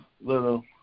little